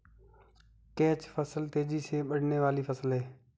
catch फसल तेजी से बढ़ने वाली फसल है